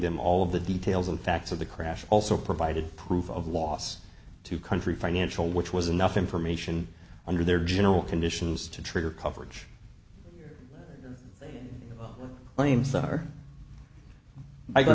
them all of the details and facts of the crash also provided proof of loss to country financial which was enough information under their general conditions to trigger coverage cla